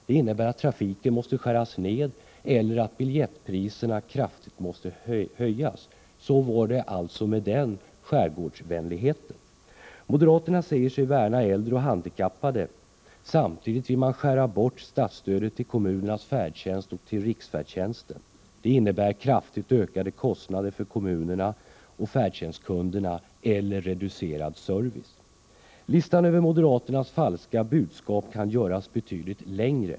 Det innebär att trafiken måste skäras ned eller att biljettpriserna kraftigt måste höjas. Så var det med den skärgårdsvänligheten. Moderaterna säger sig värna om äldre och handikappade. Samtidigt vill man skära bort statsbidragen till kommunernas färdtjänst och till riksfärdtjänsten. Det innebär kraftigt ökade kostnader för kommunerna och färdtjänstkunderna eller reducerad service. Listan över moderaternas falska budskap kan göras betydligt längre.